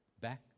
Back